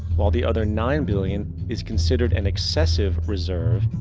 while the other nine billion is considered an excessive reserve,